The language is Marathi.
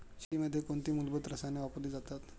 शेतीमध्ये कोणती मूलभूत रसायने वापरली जातात?